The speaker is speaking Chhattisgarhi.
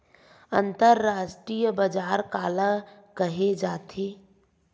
अंतरराष्ट्रीय बजार काला कहे जाथे?